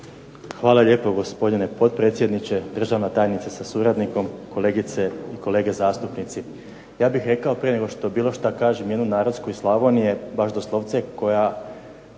Hvala lijepo, gospodine potpredsjedniče. Državna tajnice sa suradnikom. Kolegice i kolege zastupnici. Ja bih rekao prije nego što bilo što kažem jednu narodsku iz Slavonije baš doslovce koja